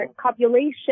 copulation